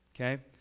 okay